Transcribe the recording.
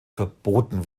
verboten